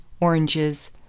oranges